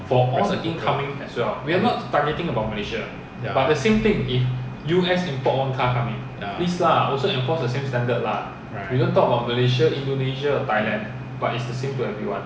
ya ya right